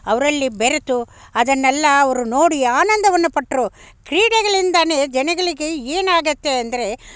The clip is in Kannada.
ಅವರಲ್ಲಿ ಬೆರೆತು ಅದನ್ನೆಲ್ಲ ಅವರು ನೋಡಿ ಆನಂದವನ್ನು ಪಟ್ಟರು ಕ್ರೀಡೆಗಳಿಂದಲೇ ಜನಗಳಿಗೆ ಏನಾಗುತ್ತೆ ಅಂದರೆ